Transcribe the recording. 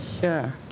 Sure